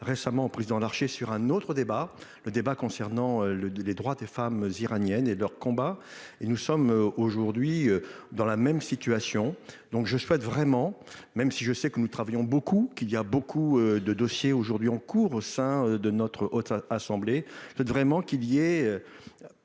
récemment président Larché sur un autre débat, le débat concernant le les droites et femmes iraniennes et leur combat et nous sommes aujourd'hui dans la même situation, donc je souhaite vraiment, même si je sais que nous travaillons beaucoup qu'il y a beaucoup de dossiers, aujourd'hui en cours au sein de notre haute assemblée je souhaite vraiment qu'il et